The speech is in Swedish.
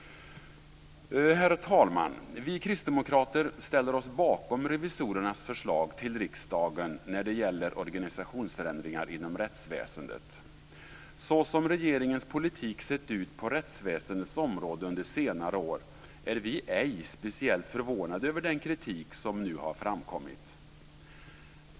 Herr talman! Vi kristdemokrater ställer oss bakom revisorernas förslag till riksdagen när det gäller organisationsförändringar inom rättsväsendet. Så som regeringens politik sett ut på rättsväsendets område under senare år är vi ej speciellt förvånade över den kritik som nu har framkommit.